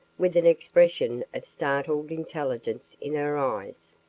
with an expression of startled intelligence in her eyes.